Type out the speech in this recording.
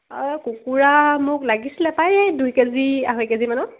অঁ কুকুৰা মোক লাগিছিলে প্ৰায় এই দুই কেজি আঢ়ৈ কেজিমানত